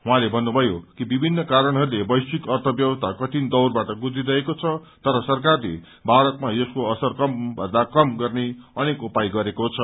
उहाँले भन्नुभयो कि विभिन्न कारणहरूले वैश्विक अर्थब्यवस्था कठिन दौरबाट गुजिरहेको छ तर सरकारले भारतमा यसको असर कमभन्दा कम गर्ने अनेक उपाय गरेको छ